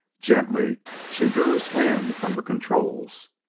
gently she drew his hand from the controls.